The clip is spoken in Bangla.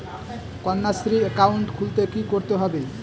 কন্যাশ্রী একাউন্ট খুলতে কী করতে হবে?